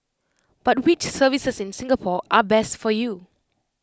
but which services in Singapore are best for you